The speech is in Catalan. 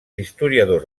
historiadors